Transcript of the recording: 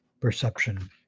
perception